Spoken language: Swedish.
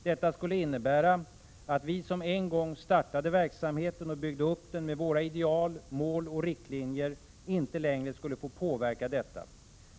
Detta skulle innebära att vi som en gång startade verksamheten och byggde upp den med våra ideal, mål och riktlinjer inte längre skulle få påverka detta.